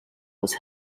was